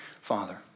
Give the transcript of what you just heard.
father